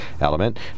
element